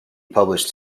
published